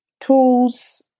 tools